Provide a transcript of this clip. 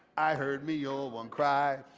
i heard me ol' one cry.